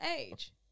age